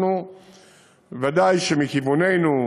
וודאי שאנחנו מכיווננו,